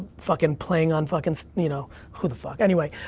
fuckin' playing on fuckin', so you know who the fuck, anyway,